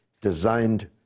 designed